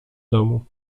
domu